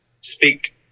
speak